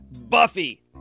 Buffy